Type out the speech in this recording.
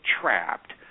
trapped